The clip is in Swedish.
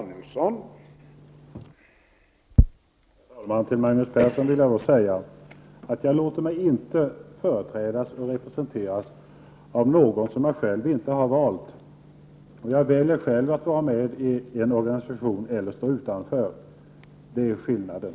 Herr talman! Till Magnus Persson vill jag säga att jag inte låter mig representeras av någon som jag inte själv har valt. Jag väljer själv om jag skall vara med i en organisation eller stå utanför den. Det är skillnaden.